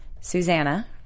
Susanna